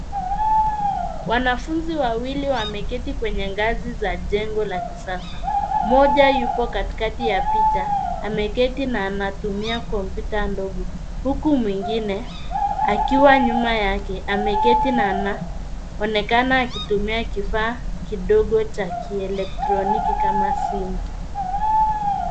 Wanafunzi wawili wameketi kwenye ngazi za jengo la kisasa. Mmoja yupo katikati mwa picha ameketi na anatumia kompyuta ndogo huku mwingine akiwa nyuma yake ameketi na anaonekana akitumia kifaa kidogo cha kielektroniki kama simu.